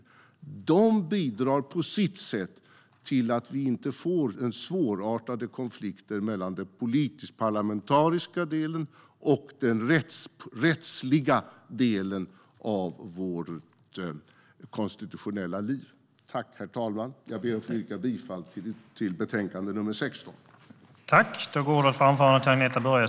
Det bidrar på sitt sätt till att vi inte får svårartade konflikter mellan den politisk-parlamentariska delen och den rättsliga delen av vårt konstitutionella liv.